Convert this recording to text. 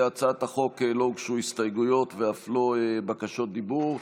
להצעת החוק לא הוגשו הסתייגויות ואף לא בקשות דיבור,